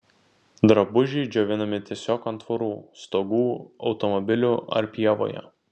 drabužiai džiovinami tiesiog ant tvorų stogų automobilių ar pievoje